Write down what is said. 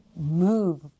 move